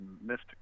mystical